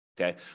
Okay